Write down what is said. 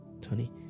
Tony